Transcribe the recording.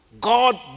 God